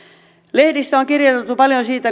lehdissä on kirjoitettu paljon siitä